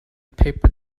paper